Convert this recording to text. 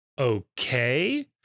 okay